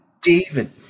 David